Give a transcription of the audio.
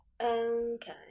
Okay